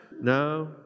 No